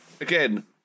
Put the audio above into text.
again